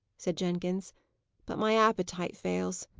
said jenkins but my appetite fails.